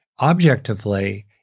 objectively